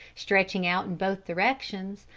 stretching out in both directions,